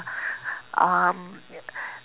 um